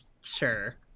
Sure